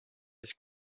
his